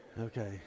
Okay